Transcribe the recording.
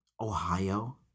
Ohio